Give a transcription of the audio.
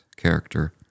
character